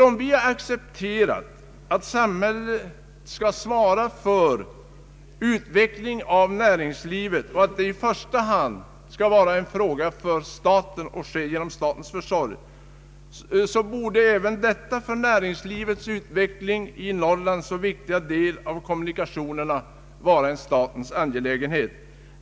Om vi har accepterat att samhälleliga ingripanden till utveckling av näringslivet i första hand skall ske genom statens försorg, så borde även denna för näringslivets utveckling i Norrland så viktiga del av kommunikationerna vara en statens angelägenhet.